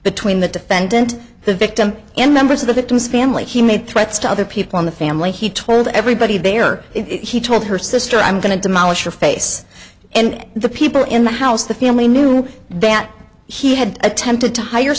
between the defendant the victim and members of the victim's family he made threats to other people in the family he told everybody there he told her sister i'm going to demolish your face and the people in the house the family knew that he had attempted to hire